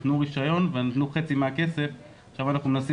נתנו רישיון ונתנו חצי מהכסף ועכשיו אנחנו מנסים